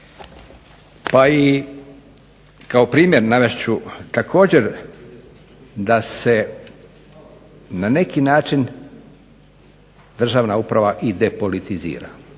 Pa i kao primjer navest ću također da se na neki način državna uprava i depolitizira.